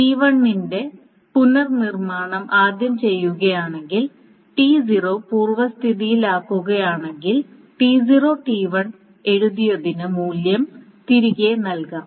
T 1 ന്റെ പുനർനിർമ്മാണം ആദ്യം ചെയ്യുകയാണെങ്കിൽ T0 പൂർവ്വാവസ്ഥയിലാക്കുകയാണെങ്കിൽ T0 T1 എഴുതിയതിന് മൂല്യം തിരികെ നൽകാം